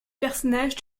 personnage